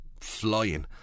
flying